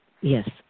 Yes